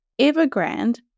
Evergrande